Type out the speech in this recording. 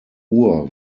uhr